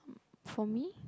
for me